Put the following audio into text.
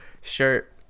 shirt